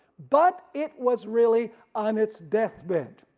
but it was really on its deathbed.